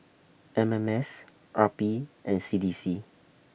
M M S R P and C D C